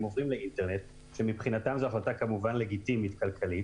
הם עוברים לאינטרנט שכמובן מבחינתם זו החלטה לגיטימית כלכלית